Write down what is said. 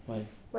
why